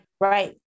right